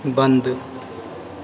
बंद